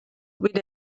with